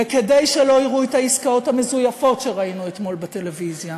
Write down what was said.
וכדי שלא יראו את העסקאות המזויפות שראינו אתמול בטלוויזיה,